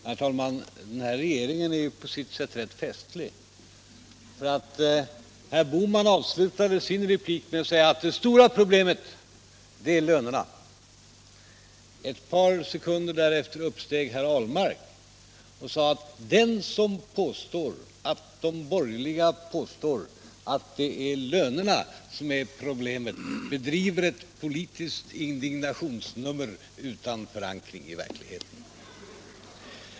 Herr talman! Den här regeringen är på sitt sätt ganska festlig. Herr Bohman avslutade sin replik med att säga att det stora problemet är lönerna. Ett par sekunder senare uppsteg herr Ahlmark och sade att den som påstår att de borgerliga påstår att det är lönerna som är problemet bedriver ett politiskt indignationsnummer utan förankring i verkligheten.